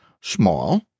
small